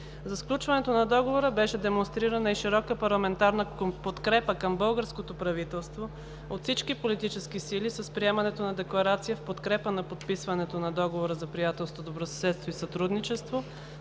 За сключването на договора беше демонстрирана и широка парламентарна подкрепа към българското правителство от всички политически сили с приемането на Декларация в подкрепа на подписването на Договора за приятелство, добросъседство и сътрудничество